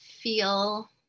feel